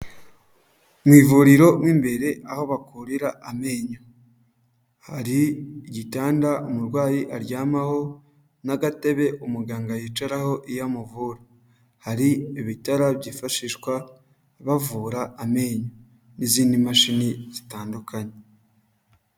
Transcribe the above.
Mu ivuriro mo imbere aho bakurira amenyo, hari igitanda umurwayi aryamaho n'agatebe umuganga yicaraho iyo amuvura. Hari ibitara byifashishwa bavura amenyo n'izindi mashini zitandukanye.